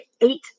eight